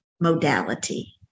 modality